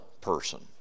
person